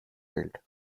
failed